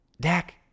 Dak